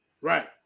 Right